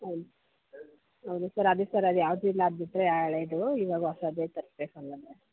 ಹಾಂ ಹೌದು ಸರ್ ಅದೇ ಸರ್ ಅದು ಯಾವುದೂ ಇಲ್ಲ ಅದು ಬಿಟ್ಟರೆ ಹಳೆದು ಇವಾಗ ಹೊಸಾದೇ ತರ್ಸ್ಬೇಕು ಹಂಗಂದರೆ